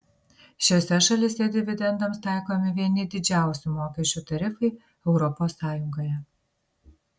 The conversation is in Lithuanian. šiose šalyse dividendams taikomi vieni didžiausių mokesčių tarifai europos sąjungoje